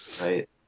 Right